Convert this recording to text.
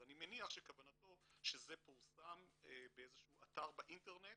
אז אני מניח שכוונתו שזה פורסם באיזה שהוא אתר באינטרנט